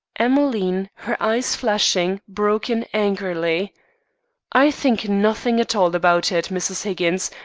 emmeline, her eyes flashing, broke in angrily i think nothing at all about it, mrs. higgins,